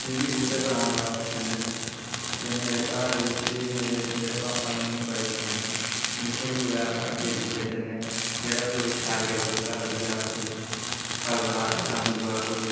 मिगी बूह्टे लाने दा बड़ा पसंद न ते मेरे घर च जि'यां मेरे पापा न उ'नेंगी बड़े पसंद न जित्थै बी कुदै अस अग्गै पिच्छै जन्ने जेह्ड़ा बी कोई शैल गेदा बूह्टा लब्भी जा फलदार जां दूआ कोई